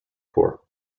corps